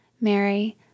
Mary